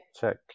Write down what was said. check